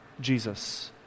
Jesus